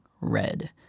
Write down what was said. red